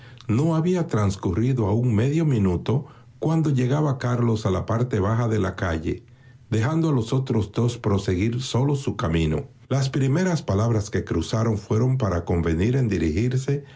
no había transcurrido aún medio minuto cuando llegaba carlos a la parte baja de la calle dejando a los otros dos proseguir solos su camino las primeras palabras que cruzaron fueron para convenir en dirigirse